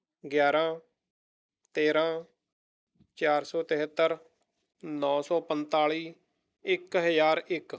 ਗਿਆਰਾਂ ਤੇਰਾਂ ਚਾਰ ਸੌ ਤਿਹੱਤਰ ਨੌ ਸੌ ਪੰਤਾਲ਼ੀ ਇੱਕ ਹਜ਼ਾਰ ਇੱਕ